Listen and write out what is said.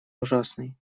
ужасный